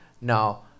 Now